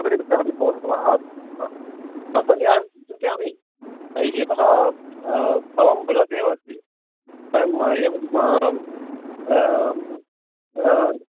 कदलीवृक्षोपि अपि भवतु वा अस्तु तर्हि अहं चिन्तयामि यतः स्थलं बृहदेव अस्ति वयम् एवम्